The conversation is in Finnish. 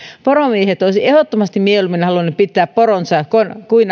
poromiehet olisivat ehdottomasti mieluummin halunneet pitää poronsa kuin